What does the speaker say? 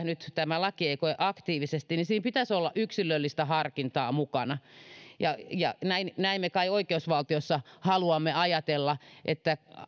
nyt tämä laki ei koe aktiiviseksi niin siinä pitäisi olla yksilöllistä harkintaa mukana näin näin me kai oikeusvaltiossa haluamme ajatella että